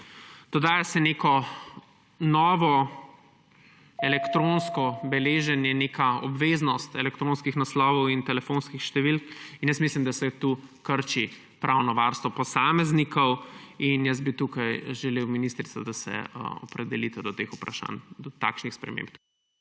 Dodaja se neko novo elektronsko beleženje, neka obveznost elektronskih naslovov in telefonskih številk. Mislim, da se tukaj krči pravno varstvo posameznikov. Jaz bi tukaj želel, ministrica, da se opredelite do teh vprašanj, do takšnih sprememb.